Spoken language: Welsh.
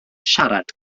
siarad